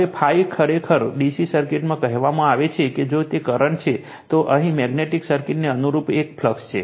હવે ∅ ખરેખર DC સર્કિટમાં કહેવામાં આવે છે કે જો તે કરંટ છે તો અહીં મેગ્નેટિક સર્કિટને અનુરૂપ એક ફ્લક્સ છે